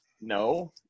no